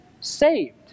saved